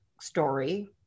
story